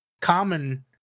Common